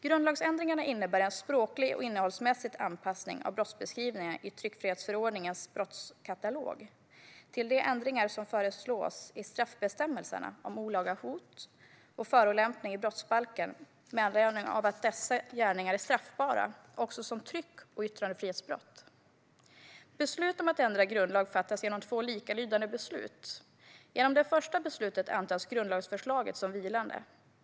Grundlagsändringarna innebär en språklig och innehållsmässig anpassning av brottsbeskrivningarna i tryckfrihetsförordningens brottskatalog till de ändringar som föreslås i straffbestämmelserna om olaga hot och förolämpning i brottsbalken med anledning av att dessa gärningar är straffbara också som tryck och yttrandefrihetsbrott. Beslut om att ändra grundlag fattas genom två likalydande beslut. Genom det första beslutet antas grundlagsförslaget som vilande.